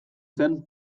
zen